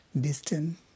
distant